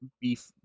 beef